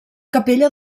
capella